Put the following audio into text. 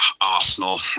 arsenal